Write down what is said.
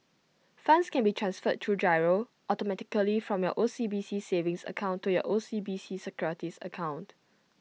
funds can be transferred through GIRO automatically from your O C B C savings account to your O C B C securities account